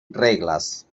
reglas